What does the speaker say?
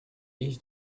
iść